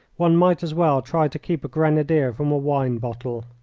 one might as well try to keep a grenadier from a wine-bottle.